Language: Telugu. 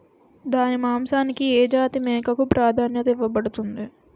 దాని మాంసానికి ఏ జాతి మేకకు ప్రాధాన్యత ఇవ్వబడుతుంది?